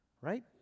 right